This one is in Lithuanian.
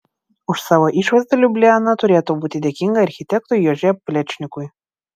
už savo išvaizdą liubliana turėtų būti dėkinga architektui jože plečnikui